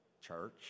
church